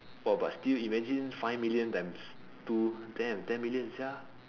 oh but still imagine five million times two damn ten million sia